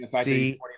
See